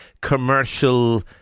commercial